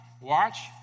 watch